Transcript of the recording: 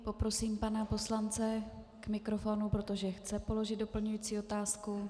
Poprosím pana poslance k mikrofonu, protože chce položit doplňující otázku.